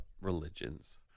religions